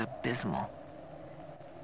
abysmal